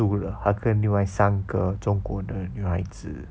租的他跟另外三个中国的女孩子